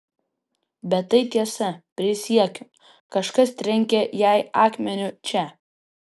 bet tai tiesa prisiekiu kažkas trenkė jai akmeniu čia